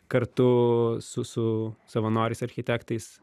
kartu su su savanoriais architektais